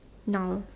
no